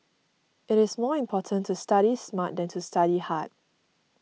it is more important to study smart than to study hard